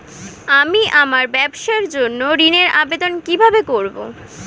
আমি আমার ব্যবসার জন্য ঋণ এর আবেদন কিভাবে করব?